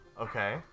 okay